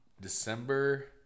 December